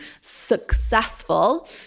successful